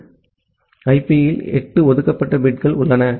எனவே ஐபியில் 8 ஒதுக்கப்பட்ட பிட்கள் உள்ளன